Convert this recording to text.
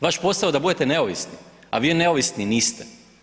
Vaš posao je da budete neovisni a vi neovisni niste.